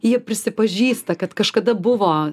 jie prisipažįsta kad kažkada buvo